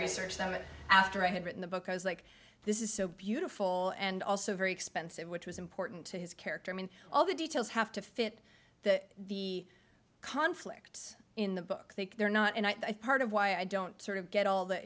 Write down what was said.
and after i had written the book i was like this is so beautiful and also very expensive which was important to his character i mean all the details have to fit that the conflict in the book think they're not and i part of why i don't get all the